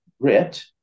grit